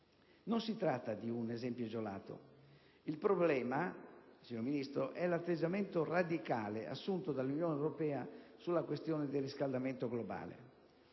Non si tratta di un esempio isolato. Il problema è l'atteggiamento radicale assunto dall'Unione europea sulla questione del riscaldamento globale.